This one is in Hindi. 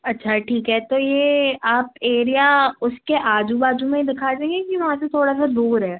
अच्छा ठीक है तो ये आप एरिया उसके आजू बाजू में ही दिखा देंगे कि वहाँ से थोड़ा सा दूर है